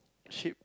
sheep